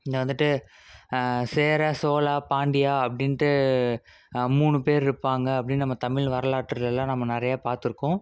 இங்கே வந்துட்டு சேர சோழா பாண்டியா அப்படின்ட்டு மூணு பேர் இருப்பாங்க அப்படின்னு நம்ம தமிழ் வரலாற்றுலெலாம் நம்ம நிறையா பார்த்துருக்கோம்